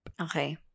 Okay